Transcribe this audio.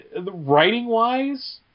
writing-wise